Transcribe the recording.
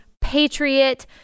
Patriot